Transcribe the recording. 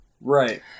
Right